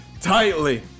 tightly